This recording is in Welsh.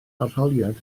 arholiad